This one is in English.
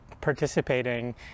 participating